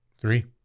Three